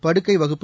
படுக்கை வகுப்பு